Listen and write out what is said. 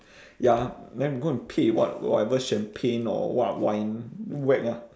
ya then go and pick what whatever champagne or what wine whack ah